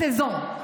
בצרפתית,